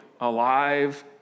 alive